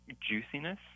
juiciness